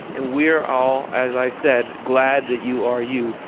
and we're all, as i said, glad that you are you,